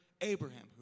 Abraham